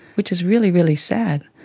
which is really, really sad.